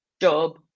job